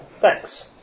Thanks